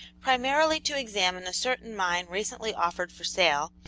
primarily to examine a certain mine recently offered for sale,